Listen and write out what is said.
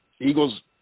Eagles